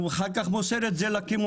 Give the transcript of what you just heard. הוא אחר כך מוסר את זה לקמעונאות,